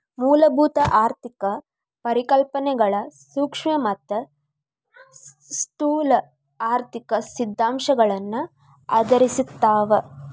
ಮೂಲಭೂತ ಆರ್ಥಿಕ ಪರಿಕಲ್ಪನೆಗಳ ಸೂಕ್ಷ್ಮ ಮತ್ತ ಸ್ಥೂಲ ಆರ್ಥಿಕ ಸಿದ್ಧಾಂತಗಳನ್ನ ಆಧರಿಸಿರ್ತಾವ